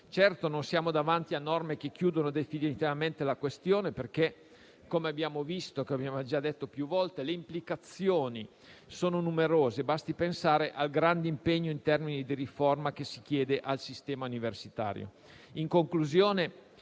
Certo, non siamo davanti a norme che chiudono definitivamente la questione, perché - come abbiamo visto e ribadito più volte - le implicazioni sono numerose: basti pensare al grande impegno in termini di riforma che si chiede al sistema universitario.